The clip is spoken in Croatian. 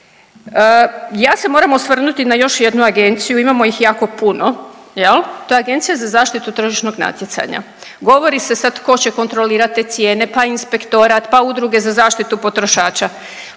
Ja se moram osvrnuti na još jednu agenciju, imamo ih jako puno jel, to je Agencija za zaštitu tržišnog natjecanja. Govori se sad ko će kontrolirat te cijene, pa inspektorat, pa udruge za zaštitu potrošača.